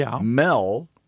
Mel